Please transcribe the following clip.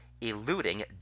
eluding